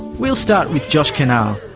we'll start with josh kinal,